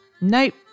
Nope